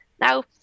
Now